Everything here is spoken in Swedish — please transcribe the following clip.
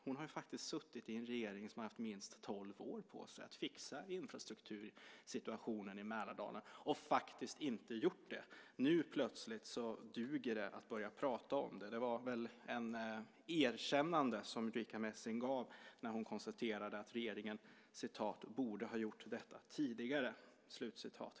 Hon har faktiskt suttit i en regering som har haft minst tolv år på sig att fixa infrastruktursituationen i Mälardalen men inte gjort det. Nu plötsligt duger det att börja prata om det. Det var väl ett erkännande som Ulrica Messing gjorde när hon konstaterade att regeringen borde ha gjort detta tidigare.